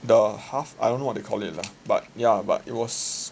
the half I don't know what they call it lah but ya but it was